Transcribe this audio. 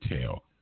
tell